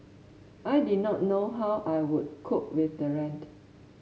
I did not know how I would cope with the rent